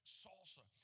salsa